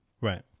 right